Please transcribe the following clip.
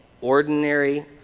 ordinary